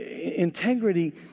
Integrity